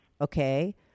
okay